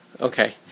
Okay